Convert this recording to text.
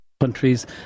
countries